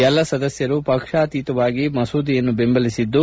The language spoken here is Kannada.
ಎಲ್ಲಾ ಸದಸ್ಕರು ಪಕ್ಷಾಕೀತವಾಗಿ ಮಸೂದೆಯನ್ನು ಬೆಂಬಲಿಸಿದ್ದು